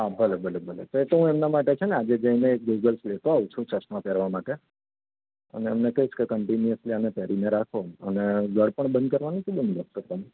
હા ભલે ભલે ભલે એ તો હું એમના માટે છે ને આજે જઈને ગોગલ્સ લેતો આવું છું ચશ્મા પહેરવા માટે અને એમને કહીશ કે કંટીન્યૂઅસલિ એમને પહેરીને રાખો અને ગળપણ બંધ કરવાનું કે બંધ નથી કરવાનું